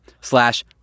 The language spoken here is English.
slash